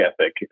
ethic